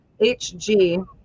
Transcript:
HG